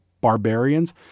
barbarians